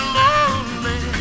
lonely